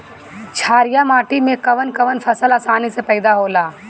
छारिया माटी मे कवन कवन फसल आसानी से पैदा होला?